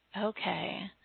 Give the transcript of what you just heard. Okay